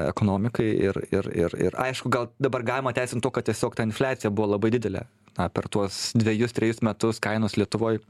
ekonomikai ir ir ir ir aišku gal dabar galima teisint tuo kad tiesiog ta infliacija buvo labai didelė na per tuos dvejus trejus metus kainos lietuvoj